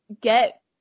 get